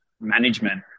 management